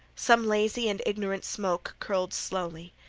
some lazy and ignorant smoke curled slowly.